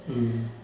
mm